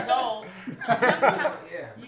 adult